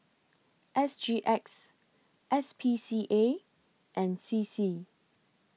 S G X S P C A and C C